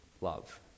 love